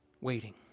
waiting